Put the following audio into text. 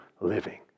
living